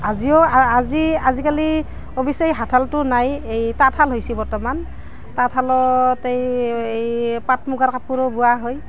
আজিও আজি আজিকালি অৱশ্যে এই হাতশালটো নাই এই তাঁতশাল হৈছে বৰ্তমান তাঁতশালত এই এই পাট মুগাৰ কাপোৰো বোৱা হয়